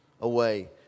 away